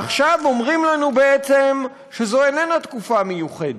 עכשיו אומרים לנו בעצם שזו איננה תקופה מיוחדת,